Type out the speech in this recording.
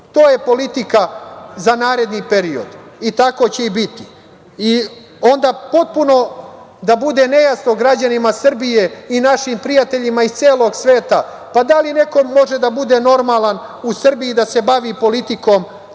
To je politika za naredni period i tako će i biti. Onda potpuno da bude nejasno građanima Srbije i našim prijateljima iz celog sveta, pa da li neko može da bude normalan u Srbiji, da se bavi politikom,